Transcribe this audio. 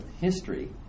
history